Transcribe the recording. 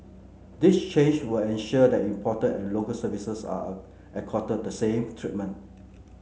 this change will ensure that imported and Local Services are accorded the same treatment